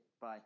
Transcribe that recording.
bye